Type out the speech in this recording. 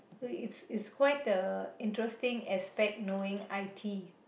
it's it's quite a interesting aspect knowing I_T